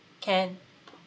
can